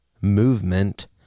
movement